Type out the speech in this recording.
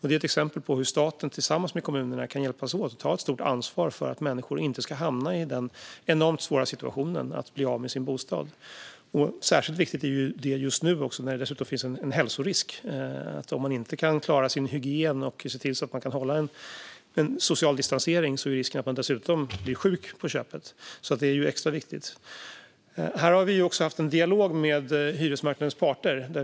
Det är ett exempel på hur staten tillsammans med kommunerna kan hjälpas åt att ta ett stort ansvar för att människor inte ska hamna i den enormt svåra situationen att bli av med sin bostad. Särskilt viktigt är det just nu när det dessutom finns en hälsorisk. Om man inte kan klara sin hygien och se till att man kan hålla en social distansering finns risken att man dessutom blir sjuk på köpet. Det är därför extra viktigt. Vi har också haft en dialog med hyresmarknadens parter.